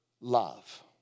love